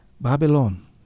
Babylon